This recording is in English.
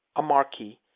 a marquis,